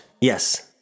yes